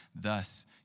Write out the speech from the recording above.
Thus